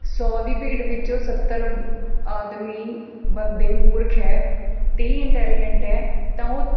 ਸੌ ਦੀ ਭੀੜ ਵਿੱਚੋਂ ਸੱਤਰ ਆਦਮੀ ਬੰਦੇ ਮੂਰਖ ਹੈ ਤੀਹ ਇੰਟੈਲੀਜੈਂਟ ਹੈ ਤਾਂ ਉਹ